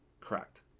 Correct